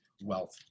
wealth